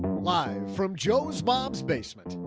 live from joe's mom's basement,